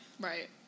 Right